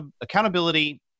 accountability